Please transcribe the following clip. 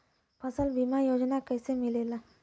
फसल बीमा योजना कैसे मिलेला?